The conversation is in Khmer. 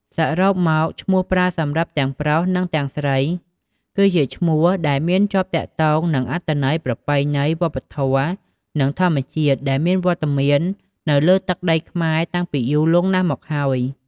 សរុបមក ឈ្មោះប្រើសម្រាប់ទាំងប្រុស និងទាំងស្រីគឺជាឈ្មោះដែលមានជាប់ទាក់ទងនឹងអត្ថន័យ ប្រពៃណី វប្បធម៌ និងធម្មជាតិដែលមានវត្តមាននៅលើទឹកដីខ្មែរតាំងពីយូរលង់ណាស់មកហើយ។